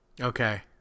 Okay